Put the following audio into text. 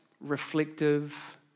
reflective